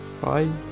Bye